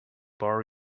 bar